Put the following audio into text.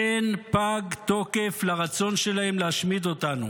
אין פג תוקף לרצון שלהם להשמיד אותנו.